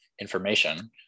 information